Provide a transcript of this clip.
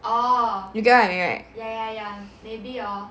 you get what I mean right